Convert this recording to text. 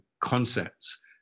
concepts